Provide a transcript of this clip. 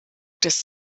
des